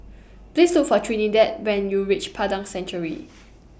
Please Look For Trinidad when YOU REACH Padang Chancery